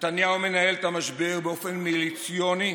נתניהו מנהל את המשבר באופן מיליציוני,